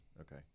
Okay